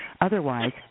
Otherwise